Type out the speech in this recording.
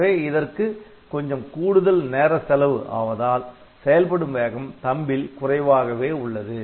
எனவே இதற்கு கொஞ்சம் கூடுதல் நேர செலவு ஆவதால் செயல்படும் வேகம் THUMB ல் குறைவாகவே உள்ளது